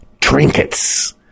trinkets